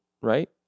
right